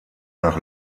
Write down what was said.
nach